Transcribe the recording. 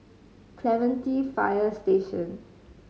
Clementi Fire Station